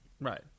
Right